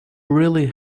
really